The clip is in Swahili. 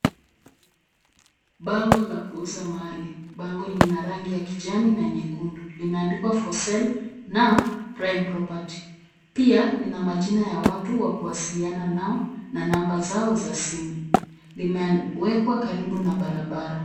Bango la kuuza mali. Bango lina rangi ya kijani na nyekundu. Limeandikwa For Sale na Prime Property . Pia, lina majina ya watu wa kuwasiliana nao na namba zao za simu. Limewekwa karibu na barabara.